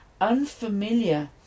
unfamiliar